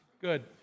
Good